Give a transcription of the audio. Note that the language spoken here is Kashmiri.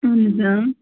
اَہَن حَظ